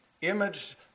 image